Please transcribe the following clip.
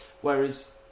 whereas